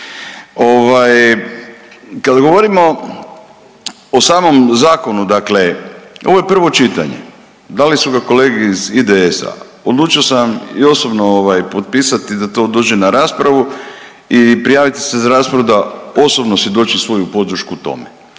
kad govorimo o samom zakonu dakle, ovo je prvo čitanje, da li su ga kolege iz IDS-a, odlučio sam i osobno ovaj potpisati da to dođe na raspravu i prijavit se za raspravu da osobno svjedočim svoju podršku u tome,